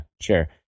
sure